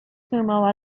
sumo